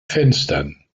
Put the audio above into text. fenstern